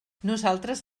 nosaltres